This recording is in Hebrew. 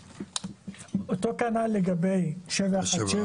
אותו כנ"ל לגבי החלטה 717